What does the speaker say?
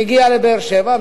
מגיע לבאר-שבע,